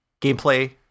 gameplay